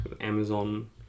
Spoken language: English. amazon